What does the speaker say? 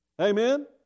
Amen